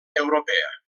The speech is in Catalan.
europea